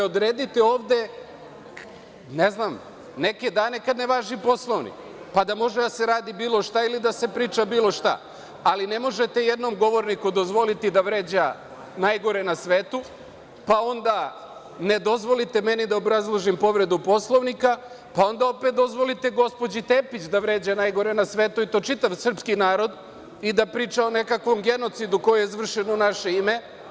Odredite ovde, ne znam, neke dane kada ne važi Poslovnik, pa da može da se radi bilo šta, ili da se priča bilo šta, ali ne možete jednom govorniku dozvoliti da vređa najgore na svetu, pa onda ne dozvolite meni da obrazložim povredu Poslovnika, pa onda opet dozvolite gospođi Tepić da vređa najgore na svetu, i to čitav srpski narod, i da priča o nekakvom genocidu koji je izvršen u naše ime.